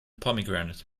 pomegranate